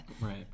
Right